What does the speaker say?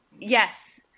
yes